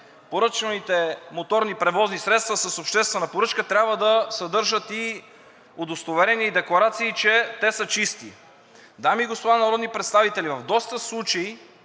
поръчваните моторни превозни средства с обществена поръчка трябва да съдържат удостоверение и декларации, че са чисти. Дами и господа народни представители, в доста случаи